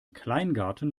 kleingarten